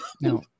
No